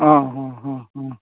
आं हां हां हां